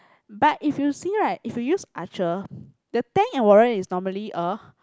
but if you see right if you use archer the tank and warrior is normally a